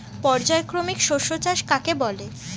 পর্যায়ক্রমিক শস্য চাষ কাকে বলে?